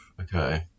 Okay